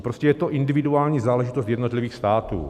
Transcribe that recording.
Prostě je to individuální záležitost jednotlivých států.